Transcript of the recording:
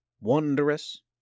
wondrous